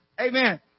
Amen